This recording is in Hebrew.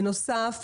בנוסף,